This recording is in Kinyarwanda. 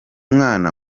mwana